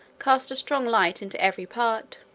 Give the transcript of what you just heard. cast a strong light into every part.